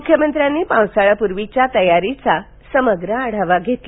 मुख्यमंत्र्यांनी पावसाळाप्रर्वीच्या तयारीचा समग्र आढावा घेतला